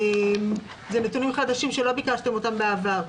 אלה נתונים חדשים שבעבר לא ביקשתם אותם.